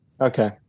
Okay